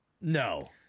No